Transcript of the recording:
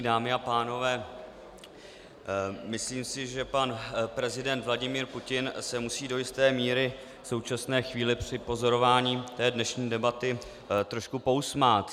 Dámy a pánové, myslím si, že pan prezident Vladimir Putin se musí do jisté míry v současné chvíli při pozorování dnešní debaty trošku pousmát.